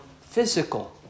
physical